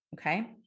Okay